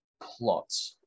plot